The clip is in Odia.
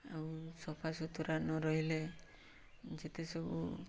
ଆଉ ସଫା ସୁତୁରା ନ ରହିଲେ ଯେତେ ସବୁ